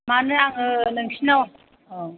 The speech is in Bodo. मानो आङो नोंसिनाव अ